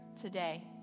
today